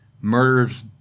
murders